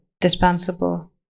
dispensable